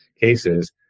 cases